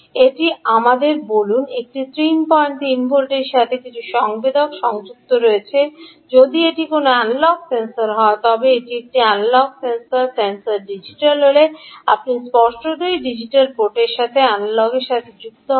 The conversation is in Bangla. এটি আমাদের বলুন এটি 33 ভোল্ট এবং এর সাথে কিছু সংবেদক সংযুক্ত রয়েছে যদি এটি কোনও অ্যানালগ সেন্সর হয় তবে এটি একটি অ্যানালগ সেন্সর সেন্সর ডিজিটাল হলে আপনি স্পষ্টতই ডিজিটাল পোর্টের সাথে অ্যানালগের সাথে সংযুক্ত হবেন